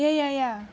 yeah yeah yeah